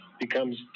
becomes